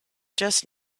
just